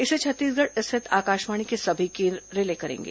इसे छत्तीसगढ़ स्थित आकाशवाणी के सभी केंद्र रिले करेंगे